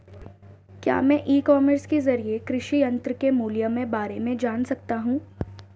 क्या मैं e commerce के ज़रिए कृषि यंत्र के मूल्य में बारे में जान सकता हूँ?